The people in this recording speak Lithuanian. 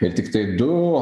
ir tiktai du